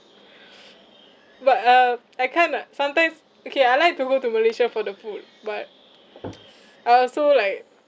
but uh I kind of sometimes okay I like to go to malaysia for the food but I also like